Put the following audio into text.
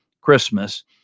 Christmas